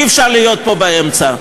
אי-אפשר להיות פה באמצע,